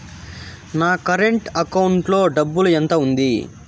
నా current account లో డబ్బులు ఎంత ఉంది?